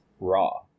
raw